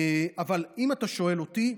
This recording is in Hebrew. אבל אם אתה שואל אותי,